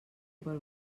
pel